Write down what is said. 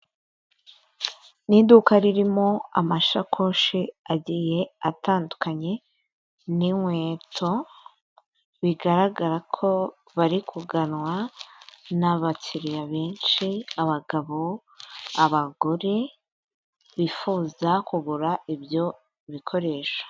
Ni iduka ririmo amashakoshi agiye atandukanye, n'inkweto. Bigaragara ko bari kuganwa n'abakiriya benshi, abagabo n'abagore bifuza kugura ibyo bikoresho.